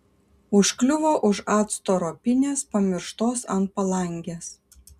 užkliuvo už acto ropinės pamirštos ant palangės